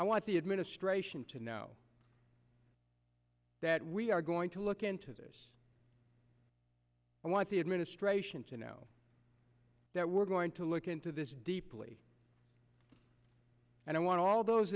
i want the administration to know that we are going to look into this i want the administration to know that we're going to look into this deeply and i want all those